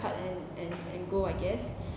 card and and and go I guess